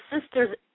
sister's